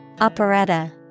Operetta